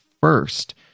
first